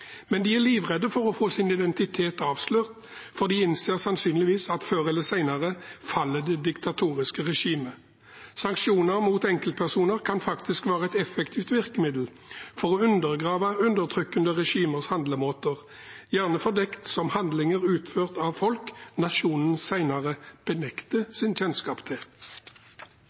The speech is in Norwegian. men de er livredde for å få sin identitet avslørt, for de innser sannsynligvis at før eller senere faller det diktatoriske regimet. Sanksjoner mot enkeltpersoner kan faktisk være et effektivt virkemiddel for å undergrave undertrykkende regimers handlemåter, gjerne fordekt som handlinger utført av folk nasjonen senere benekter sin kjennskap til.